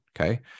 okay